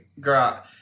girl